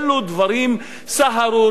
אלו דברים סהרוריים,